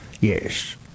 yes